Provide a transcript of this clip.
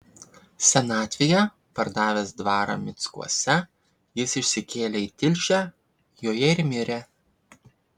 senatvėje pardavęs dvarą mickuose jis išsikėlė į tilžę joje ir mirė